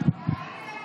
איות